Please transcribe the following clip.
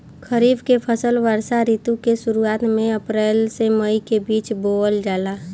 खरीफ के फसल वर्षा ऋतु के शुरुआत में अप्रैल से मई के बीच बोअल जाला